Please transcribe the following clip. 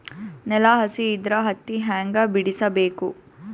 ನೆಲ ಹಸಿ ಇದ್ರ ಹತ್ತಿ ಹ್ಯಾಂಗ ಬಿಡಿಸಬೇಕು?